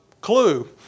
clue